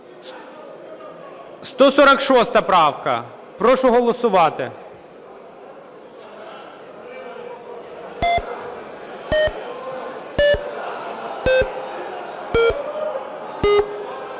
правка. Прошу голосувати.